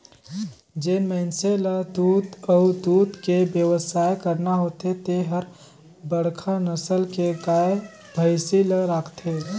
जेन मइनसे ल दूद अउ दूद के बेवसाय करना होथे ते हर बड़खा नसल के गाय, भइसी ल राखथे